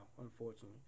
unfortunately